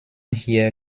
hier